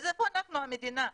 אז איפה אנחנו המדינה.